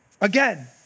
Again